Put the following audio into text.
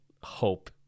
hope